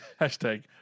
Hashtag